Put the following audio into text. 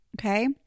Okay